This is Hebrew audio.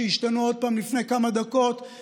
שהשתנו עוד פעם לפני כמה דקות,